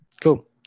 Cool